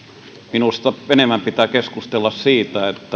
minusta enemmän pitää keskustella siitä